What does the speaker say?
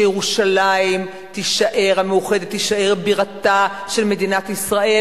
שירושלים המאוחדת תישאר בירתה של מדינת ישראל,